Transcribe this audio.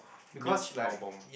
Mitch-Albom